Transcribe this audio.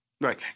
Right